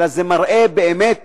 אלא זה מראה באמת